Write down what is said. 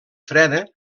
freda